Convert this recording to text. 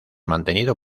mantenido